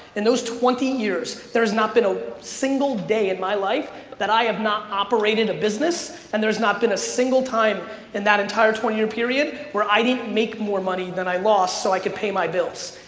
in those twenty years, there has not been a single day in my life that i have not operated a business and there's not been a single time in that entire twenty year period where i didn't make more money than i lost so i could pay my bills.